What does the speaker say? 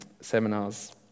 seminars